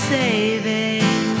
saving